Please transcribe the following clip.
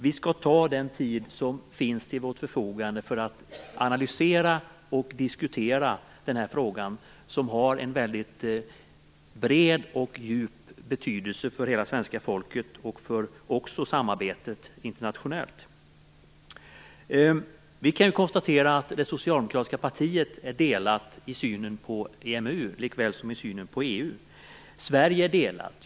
Vi skall använda den tid som finns till vårt förfogande för att analysera och diskutera denna fråga som har en väldigt bred och djup betydelse för hela svenska folket och för det internationella samarbetet. Vi kan konstatera att det socialdemokratiska partiet är delat i synen på EMU likväl som i synen på EU. Sverige är delat.